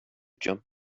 jump